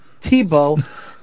Tebow